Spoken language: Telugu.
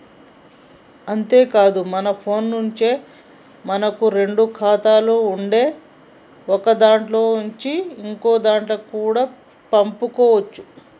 అంతేకాదు మన ఫోన్లో నుంచే మనకు రెండు ఖాతాలు ఉంటే ఒకదాంట్లో కేంచి ఇంకోదాంట్లకి కూడా పంపుకోవచ్చు